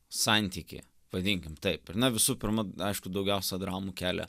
santykį vadinkim taip ir na visų pirma aišku daugiausia dramų kelia